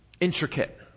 intricate